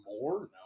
more